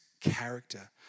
character